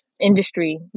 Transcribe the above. industry